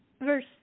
Verse